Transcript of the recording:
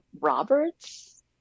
Roberts